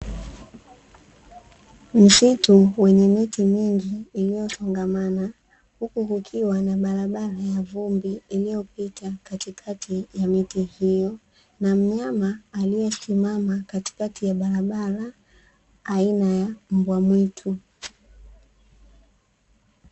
Msitu wenye miti mingi iliyosongamana, huku kukiwa na barabara ya vumbi iliyopita katikati ya miti hiyo, na mnyama aliyesimama katikati ya barabara aina ya mbwamwitu.